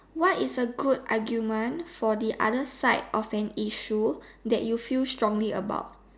what is a good argument for the other side of an issue that you feel strongly about